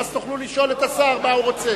ואז תוכלו לשאול את השר מה הוא רוצה.